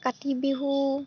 Kati Bihu